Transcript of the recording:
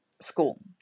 school